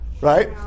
Right